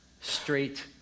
straight